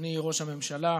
אדוני ראש הממשלה,